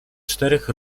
czterech